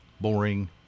boring